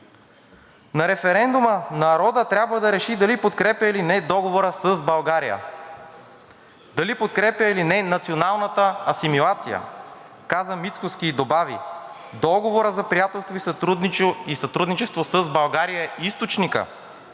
„На референдума народът трябва да реши дали подкрепя или не Договора с България, дали подкрепя или не националната асимилация“ каза Мицкоски и добави „Договорът за приятелство и сътрудничество с България е източникът,